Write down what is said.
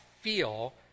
feel